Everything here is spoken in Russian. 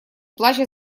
плача